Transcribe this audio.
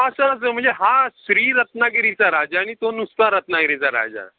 असं असं म्हणजे हा श्री रत्नागिरीचा राजा आणि तो नुसता रत्नागिरीचा राजा